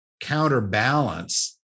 counterbalance